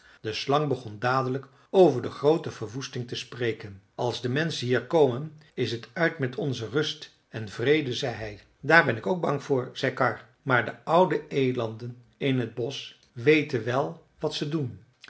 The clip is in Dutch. de slang begon dadelijk over de groote verwoesting te spreken als de menschen hier komen is t uit met onze rust en vrede zei hij daar ben ik ook bang voor zei karr maar de oude elanden in t bosch weten wel wat ze doen